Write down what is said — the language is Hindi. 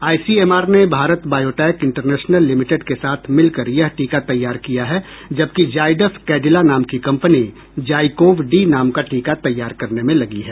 आईसीएमआर ने भारत बायोटैक इंटरनेशनल लिमिटेड के साथ मिलकर यह टीका तैयार किया है जबकि जायडस कैडिला नाम की कम्पनी जाइकोव डी नाम का टीका तैयार करने में लगी है